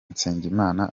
nsengimana